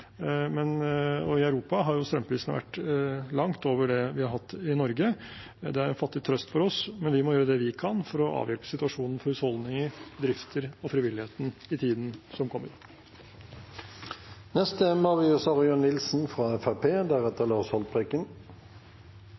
og i Europa har strømprisene vært langt over det vi har hatt i Norge. Det er en fattig trøst for oss, men vi må gjøre det vi kan for å avhjelpe situasjonen for husholdninger, bedrifter og frivilligheten i tiden som